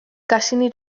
cassany